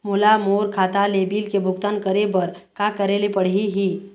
मोला मोर खाता ले बिल के भुगतान करे बर का करेले पड़ही ही?